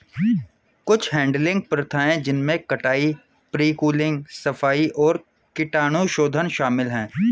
कुछ हैडलिंग प्रथाएं जिनमें कटाई, प्री कूलिंग, सफाई और कीटाणुशोधन शामिल है